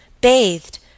bathed